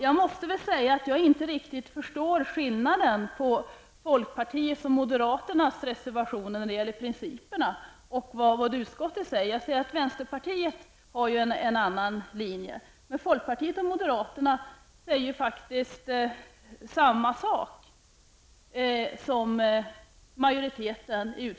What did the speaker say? Jag förstår inte riktigt skillnaden mellan folkpartiets och moderaternas reservationer när det gäller principerna och det utskottet säger. Vänsterpartiet har ju en annan linje, men folkpartiet och moderaterna säger faktiskt samma sak som utskottsmajoriteten.